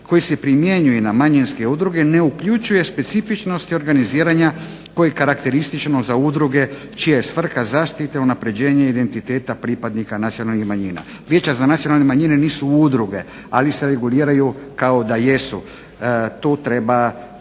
koji se primjenjuje na manjinske udruge ne uključuje specifičnosti organiziranja koji karakteristično za udruge čija je svrha zaštite, unapređenja, identiteta pripadnika nacionalnih manjina. Vijeća za nacionalne manjine nisu udruge, ali se reguliraju kao da jesu. Tu treba